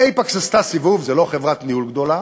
"אייפקס" עשתה סיבוב, זו לא חברת ניהול גדולה,